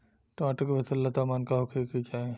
टमाटर के फसल ला तापमान का होखे के चाही?